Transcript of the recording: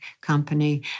company